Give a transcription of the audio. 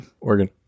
Oregon